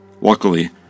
Luckily